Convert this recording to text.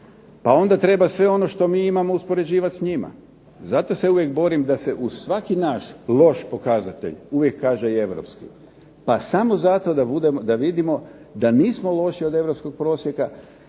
pa onda treba sve ono što mi imamo uspoređivati s njima. Zato se uvijek borim da se uz svaki naš loš pokazatelj uvijek kaže i europski, pa samo zato da vidimo da nismo loši od europskog prosjeka,